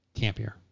campier